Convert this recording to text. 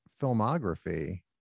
filmography